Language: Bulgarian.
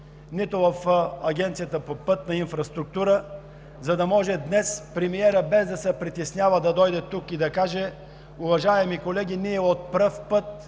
нито в Агенцията „Пътна инфраструктура“, за да може днес премиерът, без да се притеснява, да дойде тук и да каже: „Уважаеми колеги, ние от пръв път